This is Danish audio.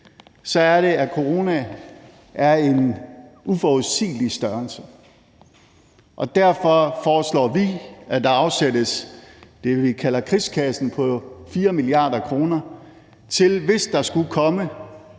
så er det, at corona er en uforudsigelig størrelse, og derfor foreslår vi, at der afsættes det, vi kalde krigskassen, på 4 mia. kr., til hvis der skulle komme